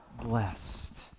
blessed